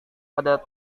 pada